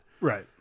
Right